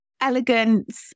Elegance